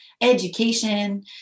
education